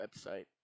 website